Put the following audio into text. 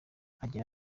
agira